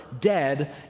dead